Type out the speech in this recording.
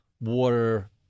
water